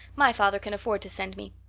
my father can afford to send me.